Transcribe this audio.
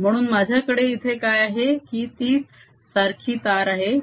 म्हणून माझ्याकडे इथे काय आहे की तीच सारखी तार आहे